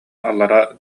аллара